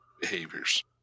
behaviors